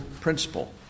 principle